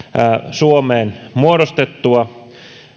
suomeen muodostettua